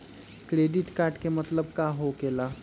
Credit card के मतलब का होकेला?